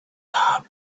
heart